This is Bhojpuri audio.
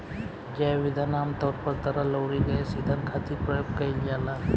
जैव ईंधन आमतौर पर तरल अउरी गैस ईंधन खातिर प्रयोग कईल जाला